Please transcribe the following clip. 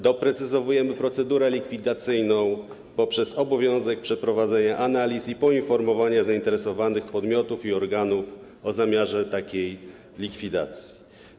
Doprecyzowujemy procedurę likwidacyjną poprzez obowiązek przeprowadzenia analiz i poinformowania zainteresowanych podmiotów i organów o zamiarze likwidacji.